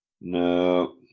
No